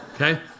okay